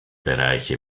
bereiche